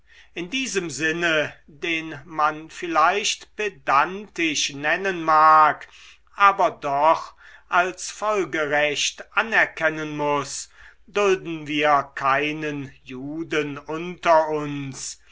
in diesem sinne den man vielleicht pedantisch nennen mag aber doch als folgerecht anerkennen muß dulden wir keinen juden unter uns